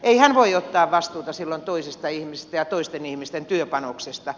ei hän voi ottaa vastuuta silloin toisista ihmisistä ja toisten ihmisten työpanoksesta